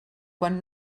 quan